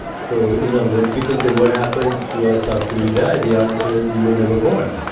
so you know when people say what happens to us after we die, the answer is you were never born.